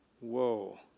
Whoa